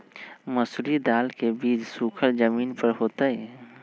मसूरी दाल के बीज सुखर जमीन पर होतई?